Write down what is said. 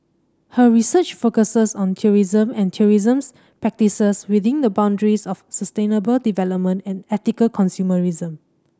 her research focuses on tourism and tourism's practices within the boundaries of sustainable development and ethical consumerism